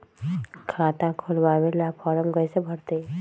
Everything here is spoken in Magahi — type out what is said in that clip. खाता खोलबाबे ला फरम कैसे भरतई?